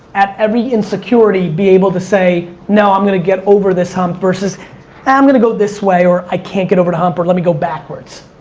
at every insecurity, be able to say no, i'm gonna get over this hump, versus and i'm gonna go this way, or i can't get over the hump, or let me go backwards.